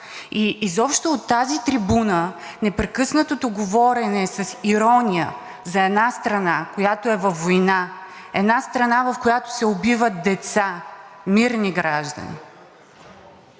И изобщо от тази трибуна непрекъснатото говорене с ирония за една страна, която е във война, една страна, в която се убиват деца, мирни граждани,